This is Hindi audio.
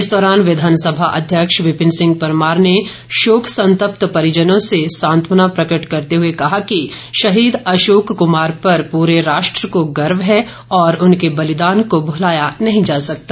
इस दौरान विधानसभा अध्यक्ष विपिन सिंह परमार ने शोक संतप्त परिजनों से सांत्वना प्रकट करते हुए कहा कि शहीद अशोक कुमार पर पूरे राष्ट्र को गर्व है और उनके बलिदान को भुलाया नहीं जा सकता